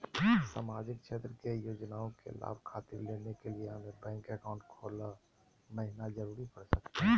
सामाजिक क्षेत्र की योजनाओं के लाभ खातिर लेने के लिए हमें बैंक अकाउंट खोला महिना जरूरी पड़ सकता है?